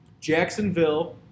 Jacksonville